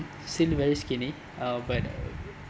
still very skinny uh but